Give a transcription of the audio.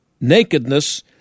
nakedness